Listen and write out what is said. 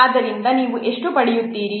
ಆದ್ದರಿಂದ ನೀವು ಎಷ್ಟು ಪಡೆಯುತ್ತೀರಿ